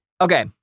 Okay